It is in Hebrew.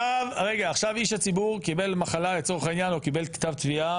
תראה מה כתוב: רק אם ניתן לזה אישור ועדת ההיתרים בראשות שופט,